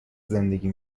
زندگی